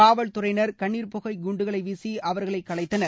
காவல் துறையினர் கண்ணீர் புகைக் குண்டுகளை வீசி அவர்களை கலைத்தனர்